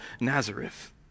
Nazareth